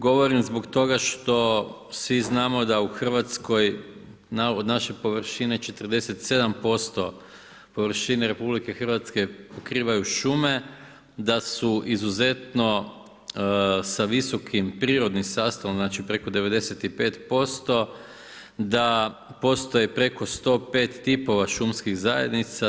Govorim zbog toga što svi znamo da u Hrvatskoj naše površine 47% površine RH pokrivaju šume, da su izuzetno sa visokim prirodnim sastavom, znači preko 95%, da postoji preko 105 tipova šumskih zajednica.